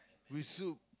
with soup